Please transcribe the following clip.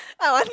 I want